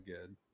good